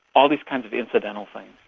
all these kinds of incidental things.